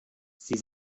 sie